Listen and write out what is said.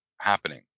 happening